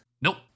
Nope